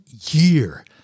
year